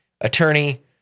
attorney